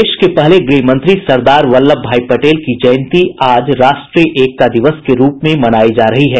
देश के पहले गृह मंत्री सरदार वल्लभ भाई पटेल की जयंती आज राष्ट्रीय एकता दिवस के रूप में मनाई जा रही है